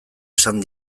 esan